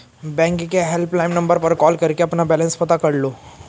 bank के helpline number पर call करके अपना बैलेंस पता कर लो